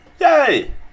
yay